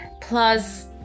plus